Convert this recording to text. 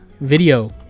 video